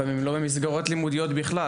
לפעמים הם לא נמצאים במסגרות לימודיות בכלל.